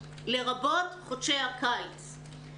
לרבות חודשי הקיץ.